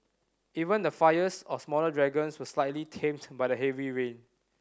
even the fires of the smaller dragons were slightly tamed by the heavy rain